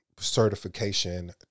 certification